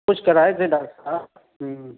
کچھ کرائے تھے ڈاکٹر صاحب ہوں